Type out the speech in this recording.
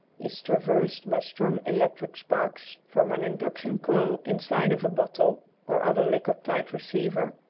is traversed by strong electric sparks from an induction coil inside of a bottle or other liquor-tight receiver,